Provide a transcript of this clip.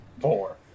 four